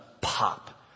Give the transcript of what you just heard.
pop